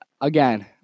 Again